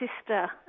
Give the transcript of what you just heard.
sister